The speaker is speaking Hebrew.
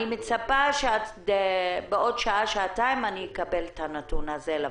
אני מצפה שבעוד שעה שעתיים אקבל את הנתון לוועדה.